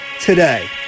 today